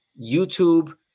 youtube